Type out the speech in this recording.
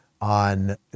on